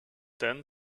then